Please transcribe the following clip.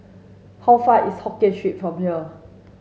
how far is Hokkien Street from here